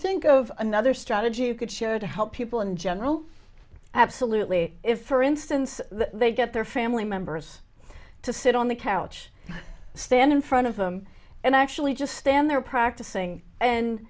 think of another strategy you could show to help people in general absolutely if for instance they get their family members to sit on the couch stand in front of them and actually just stand there practicing and